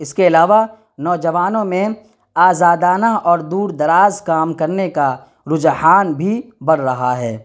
اس کے علاوہ نوجوانوں میں آزادانہ اور دور دراز کام کرنے کا رجحان بھی بڑھ رہا ہے